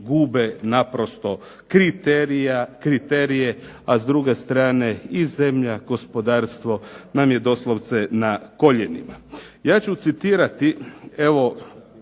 gube naprosto kriteriji a s druge strane i zemlja i gospodarstvo nam je doslovce na koljenima. Ja ću citirati